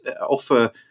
offer